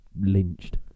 lynched